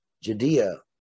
Judea